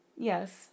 Yes